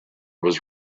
was